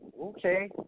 Okay